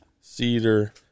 Cedar